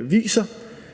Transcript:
viser.